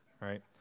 right